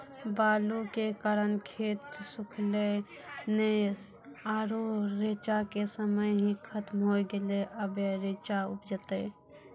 बालू के कारण खेत सुखले नेय आरु रेचा के समय ही खत्म होय गेलै, अबे रेचा उपजते?